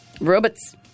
Robots